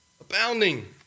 Abounding